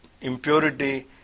impurity